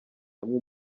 hamwe